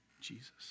Jesus